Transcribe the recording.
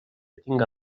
tinga